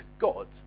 God